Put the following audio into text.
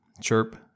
chirp